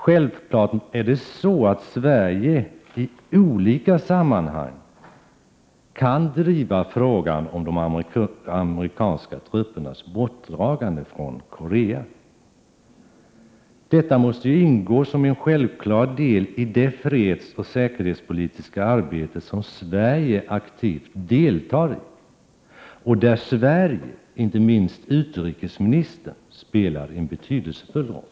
Självfallet kan Sverige i olika sammanhang driva frågan om de amerikanska truppernas bortdragande från Korea. Detta måste utgöra en självklar del av det fredsoch säkerhetspolitiska arbete som Sverige aktivt deltar i och där Sverige, inte minst utrikesministern, spelar en betydelsefull roll.